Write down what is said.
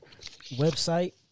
website